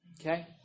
Okay